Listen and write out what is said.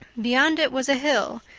beyond it was a hill,